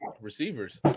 Receivers